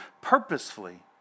purposefully